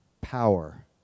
Power